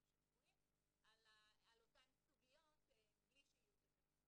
שקבועים על אותן סוגיות בלי שיהיו תקנות.